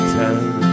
time